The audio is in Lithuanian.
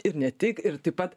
ir ne tik ir taip pat